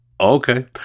Okay